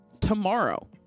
tomorrow